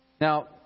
Now